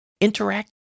interact